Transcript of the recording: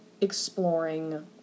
exploring